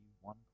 one